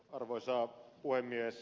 arvoisa puhemies